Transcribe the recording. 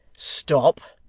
stop!